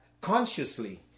consciously